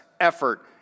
effort